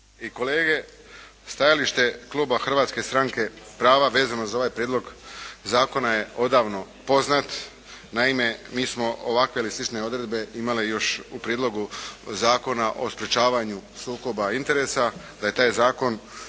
kolege. Stajalište Kluba Hrvatske stranke prava vezano za ovaj Prijedlog zakona je odavno poznat. Naime mi smo ovakve ili slične odredbe imali još u Prijedlogu zakona o sprečavanju sukoba interesa. Da je taj zakon